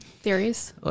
theories